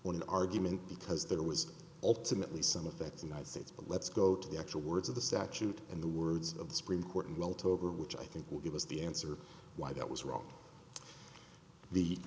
on an argument because there was ultimately some effect united states but let's go to the actual words of the statute and the words of the supreme court and well to over which i think will give us the answer why that was wrong the